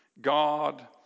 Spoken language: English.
God